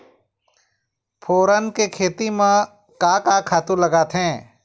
फोरन के खेती म का का खातू लागथे?